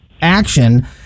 action